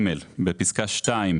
בפסקה (2),